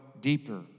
deeper